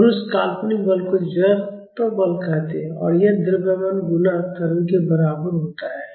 और उस काल्पनिक बल को जड़त्व बल कहते हैं और यह द्रव्यमान गुणा त्वरण के बराबर होता है